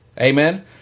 Amen